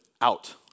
out